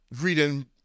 reading